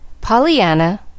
Pollyanna